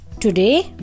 today